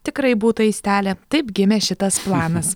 tikrai būtų aistele taip gimė šitas planas